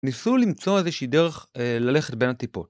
ניסו למצוא איזושהי דרך ללכת בין הטיפות.